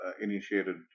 initiated